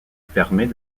permet